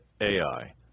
Ai